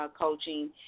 coaching